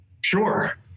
Sure